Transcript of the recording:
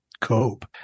cope